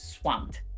swamped